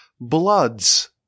bloods